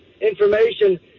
Information